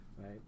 right